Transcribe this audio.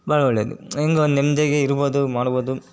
ಭಾಳ ಒಳ್ಳೆಯದು ಹೇಗೋ ಒಂದು ನೆಮ್ಮದಿಯಾಗಿ ಇರ್ಬೋದು ಮಾಡ್ಬೋದು